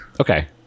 Okay